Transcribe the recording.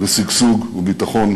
ושגשוג וביטחון